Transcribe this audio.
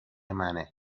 منه